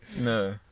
No